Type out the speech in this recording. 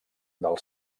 del